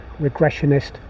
regressionist